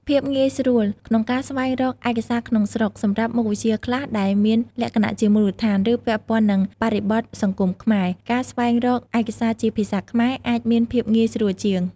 ភាពងាយស្រួលក្នុងការស្វែងរកឯកសារក្នុងស្រុក សម្រាប់មុខវិជ្ជាខ្លះដែលមានលក្ខណៈជាមូលដ្ឋាន ឬពាក់ព័ន្ធនឹងបរិបទសង្គមខ្មែរ ការស្វែងរកឯកសារជាភាសាខ្មែរអាចមានភាពងាយស្រួលជាង។